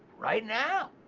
right now,